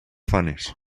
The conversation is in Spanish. fanes